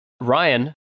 Ryan